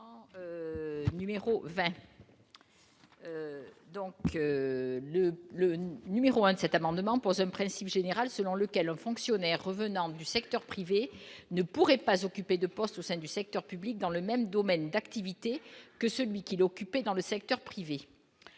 nom numéro 1 de cet amendement pose un principe général selon lequel haut fonctionnaire revenant du secteur privé ne pourraient pas occuper de postes au sein du secteur public, dans le même domaine d'activité que celui qu'il occupait dans le secteur privé,